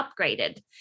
upgraded